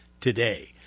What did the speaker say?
today